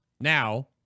Now